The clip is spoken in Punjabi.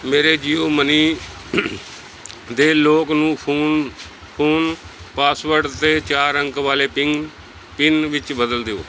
ਮੇਰੇ ਜੀਓ ਮਨੀ ਦੇ ਲੌਕ ਨੂੰ ਫ਼ੋਨ ਫ਼ੋਨ ਪਾਸਵਰਡ ਅਤੇ ਚਾਰ ਅੰਕ ਵਾਲੇ ਪਿੰਨ ਪਿੰਨ ਵਿੱਚ ਬਦਲ ਦਿਓ